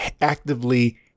actively